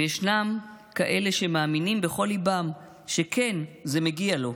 ישנם כאלה שמאמינים בכל ליבם שכן, זה מגיע לו.